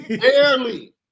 Barely